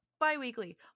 bi-weekly